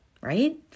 right